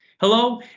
hello